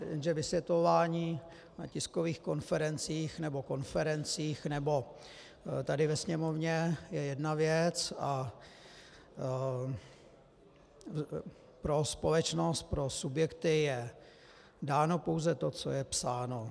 Jenže vysvětlování na tiskových konferencích nebo konferencích nebo tady ve Sněmovně je jedna věc a pro společnost, pro subjekty je dáno pouze to, co je psáno.